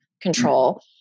control